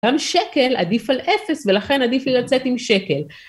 גם שקל עדיף על אפס, ולכן עדיף לי לצאת עם שקל.